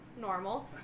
normal